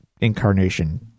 incarnation